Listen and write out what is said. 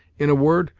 in a word,